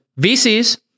VCs